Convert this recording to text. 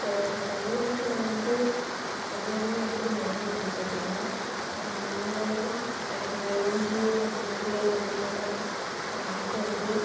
இப்ப தமிழ்நாட்டில் வந்து எல்லாம் எப்படி மாறிட்டுருக்கு அப்படின்னா முன்னாடிலாம் எனக்கு தெரிஞ்சு நான் சின்ன பிள்ளையில் இருக்கும் போதெலாம் எங்கள் ஆச்சி வந்து